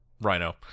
Rhino